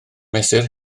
mesur